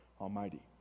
Almighty